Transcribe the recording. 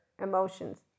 Emotions